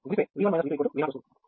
గుణిస్తే V1 V2 V0 వస్తుంది